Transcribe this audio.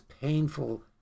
painful